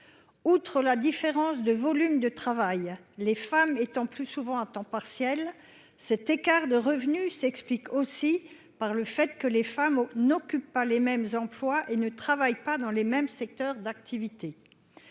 Outre la différence de volume de travail, les femmes étant plus souvent à temps partiel, cet écart de revenus s'explique aussi par le fait que les femmes n'occupent pas les mêmes emplois et ne travaillent pas dans les mêmes secteurs d'activité.